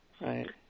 Right